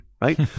right